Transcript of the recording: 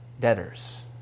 debtors